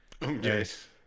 Yes